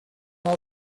all